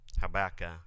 Habakkuk